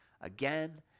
again